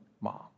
mom